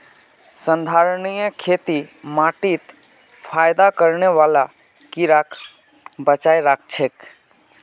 संधारणीय खेती माटीत फयदा करने बाला कीड़ाक बचाए राखछेक